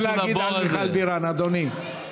את זה אי-אפשר להגיד על מיכל בירן, אדוני.